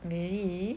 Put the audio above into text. really